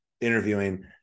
interviewing